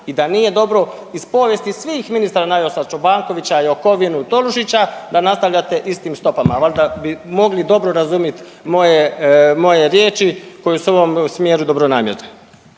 i da nije dobro iz povijesti svih ministara, .../Govornik se ne razumije./... Čobankovića, Jakovinu, Tolušića, da nastavljate istim stopama, valda bi mogli dobro razumit moje riječi koje su u ovom smjeru dobronamjerne.